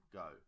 go